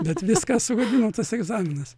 bet viską sugadino tas egzaminas